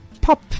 pop